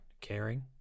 caring